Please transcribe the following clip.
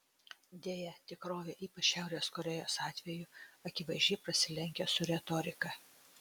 deja tikrovė ypač šiaurės korėjos atveju akivaizdžiai prasilenkia su retorika